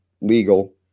legal